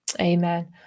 Amen